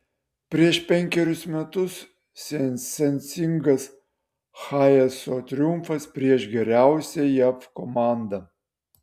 prieš penkerius metus sensacingas hayeso triumfas prieš geriausią jav komandą